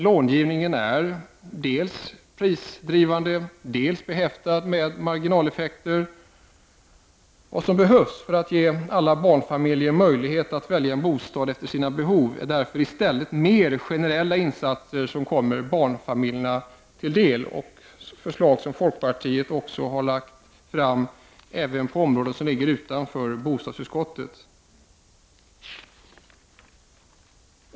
Långivningen är dels prisdrivande, dels behäftad med marginaleffekter. Vad som behövs för att ge alla barnfamiljer möjlighet att välja en bostad efter sina behov är därför i stället mer generella insatser, som kommer alla barnfamiljer till del. Folkpartiet har också lagt fram sådana förslag även på områden som ligger utanför bostadsutskottet.